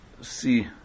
see